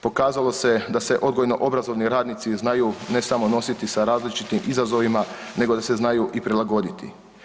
Pokazalo se da se odgojno obrazovni radnici znaju ne samo nositi sa različitim izazovima nego da se znaju i prilagoditi.